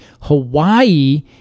Hawaii